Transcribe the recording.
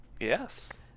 Yes